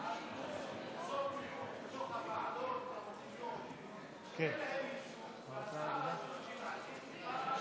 בתוך הוועדות המקומיות שאין להן ייצוג, לא שומע.